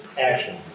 action